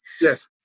yes